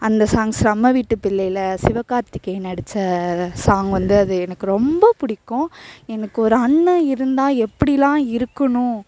அந்த சாங்க்ஸ் நம்ம வீட்டுப் பிள்ளையில் சிவகார்த்திகேயன் நடித்த சாங்க் வந்து அது எனக்கு ரொம்ப பிடிக்கும் எனக்கு ஒரு அண்ணன் இருந்தால் எப்படிலாம் இருக்கணும்